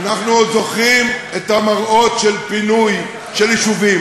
אנחנו עוד זוכרים את המראות של פינוי של יישובים.